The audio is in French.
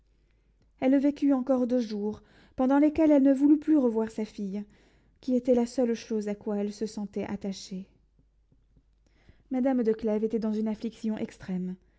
elle vécut encore deux jours pendant lesquels elle ne voulut plus revoir sa fille qui était la seule chose à quoi elle se sentait attachée madame de clèves était dans une affliction extrême